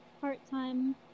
part-time